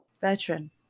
veteran